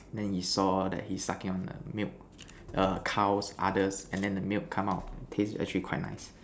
then he saw that he sucking on a milk err cows others and then the milk come out taste actually quite nice